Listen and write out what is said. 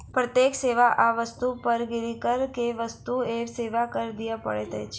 प्रत्येक सेवा आ वस्तु पर नागरिक के वस्तु एवं सेवा कर दिअ पड़ैत अछि